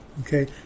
Okay